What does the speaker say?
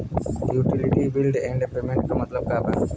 Utility bills and payments क मतलब का बा?